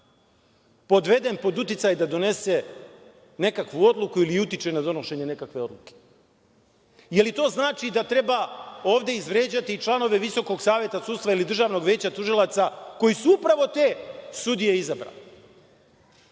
podveden pod uticaj da donese nekakvu odluku ili utiče na donošenje nekakve odluke. Da li to znači da treba ovde izvređati članove Visokog saveta sudstva ili Državnog veća tužilaca, koji su upravo te sudije izabrali? Poštovane